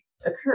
occur